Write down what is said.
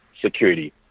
security